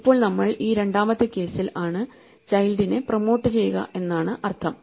ഇപ്പോൾ നമ്മൾ ഈ രണ്ടാമത്തെ കേസിൽ ആണ് ചൈൽഡിനെ പ്രൊമോട്ട് ചെയ്യുക എന്നാണ് അർത്ഥം